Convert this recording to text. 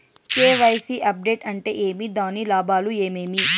KYC update అంటే ఏమి? దాని లాభాలు ఏమేమి?